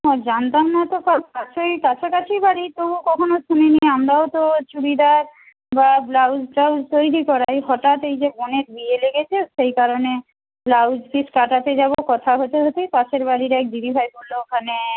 হ্যাঁ জানতাম না তো ওই কাছাকাছি বাড়ি তবু কখনো শুনিনি আমরাও তো চুড়িদার বা ব্লাউজ ট্লাউজ তৈরি করাই হঠাৎ এই যে বোনের বিয়ে লেগেছে সেই কারণে ব্লাউজ পিস কাটাতে যাব কথা হতে হতেই পাশের বাড়ির এক দিদিভাই বলল ওখানে এক